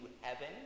heaven